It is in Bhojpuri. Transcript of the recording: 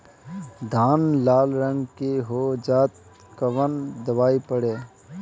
धान लाल रंग के हो जाता कवन दवाई पढ़े?